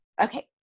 Okay